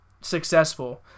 successful